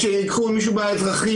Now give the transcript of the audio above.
אבל למה בבית משפט לתעבורה,